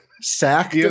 sack